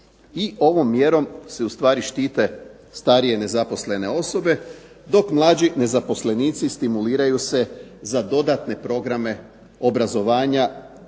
I ovom mjerom se u stvari štite starije nezaposlene osobe dok mlađi nezaposlenici stimuliraju se za dodatne programe obrazovanja